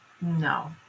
no